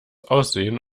aussehen